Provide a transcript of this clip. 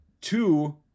Two